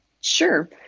Sure